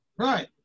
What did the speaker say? Right